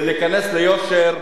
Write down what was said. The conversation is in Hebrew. להיכנס ליושר,